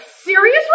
serious